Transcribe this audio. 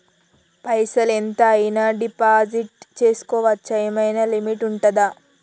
పైసల్ ఎంత అయినా డిపాజిట్ చేస్కోవచ్చా? ఏమైనా లిమిట్ ఉంటదా?